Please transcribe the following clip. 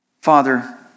Father